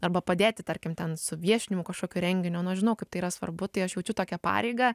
arba padėti tarkim ten su viešinimu kažkokio renginio nu aš žinau kaip tai yra svarbu tai aš jaučiu tokią pareigą